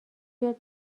بیاد